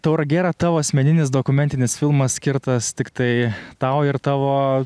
tauragė yra tavo asmeninis dokumentinis filmas skirtas tiktai tau ir tavo